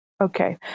Okay